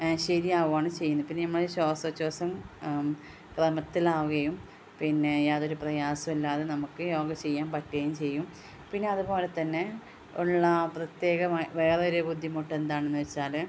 ശരിയാവുകയാണ് ചെയ്യുന്നത് പിന്നെ നമ്മൾ ശ്വാസോച്ഛാസം ക്രമത്തിലാവുകയും പിന്നെ യാതൊരു പ്രയാസവുമില്ലാതെ നമുക്ക് യോഗ ചെയ്യാൻ പറ്റുകയും ചെയ്യും പിന്നെ അതുപോലെ തന്നെ ഉള്ള പ്രത്യേകമായ വേറെ ഒരു ബുദ്ധിമുട്ട് എന്താണെന്ന് വച്ചാൽ